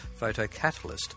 photocatalyst